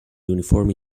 uniform